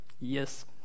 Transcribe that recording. yes